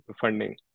funding